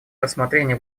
рассмотрения